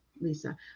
lisa